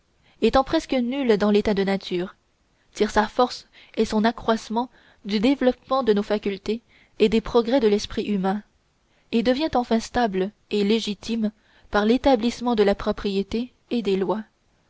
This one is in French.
étant presque nulle dans l'état de nature tire sa force et son accroissement du développement de nos facultés et des progrès de l'esprit humain et devient enfin stable et légitime par l'établissement de la propriété et des lois